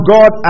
God